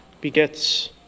begets